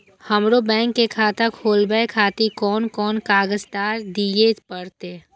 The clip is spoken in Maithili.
हमरो बैंक के खाता खोलाबे खातिर कोन कोन कागजात दीये परतें?